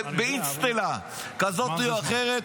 באצטלה כזאת או אחרת,